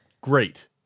great